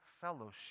fellowship